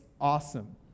awesome